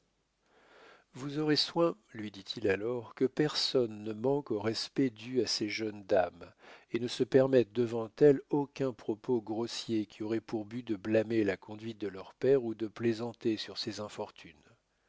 vous aurez soin lui dit-il alors que personne ne manque au respect dû à ces jeunes dames et ne se permette devant elles aucun propos grossier qui aurait pour but de blâmer la conduite de leur père ou de plaisanter sur ses infortunes